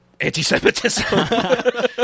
anti-semitism